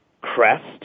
Crest